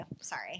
Sorry